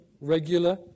regular